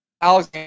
Alex